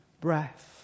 breath